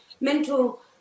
mental